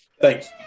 Thanks